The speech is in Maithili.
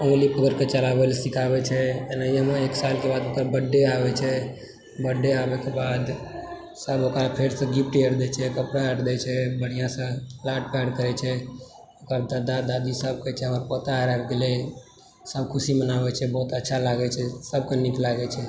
उँगली पकड़िके चलाबय लऽ सिखाबय छै एनाहियएमे एक सालके बाद ओकर बर्थडे आबैत छै बर्थडे आबयके बाद सभ ओकरा फेरसँ गिफ्ट आर दय छै कपड़ा आर दय छै बढ़िआँसँ लाड प्यार करय छै ओकर दादा दादीसभ कहै छै हमर पोता आर आबि गेलय सभ खुशी मनाबय छै बहुत अच्छा लागय छै सभकेँ नीक लागय छै